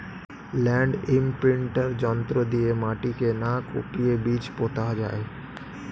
land imprinter যন্ত্র দিয়ে মাটিকে না কুপিয়ে বীজ পোতা যায়